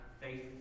faith